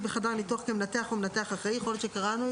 בחדר ניתוח כמנתח או מנתח אחראי,